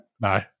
No